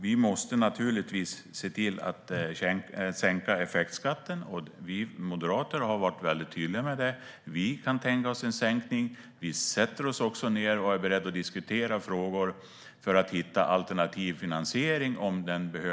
Vi måste naturligtvis se till att sänka effektskatten. Vi moderater har varit tydliga. Vi kan tänka oss en sänkning. Vi är också beredda att diskutera frågor för att hitta alternativ finansiering.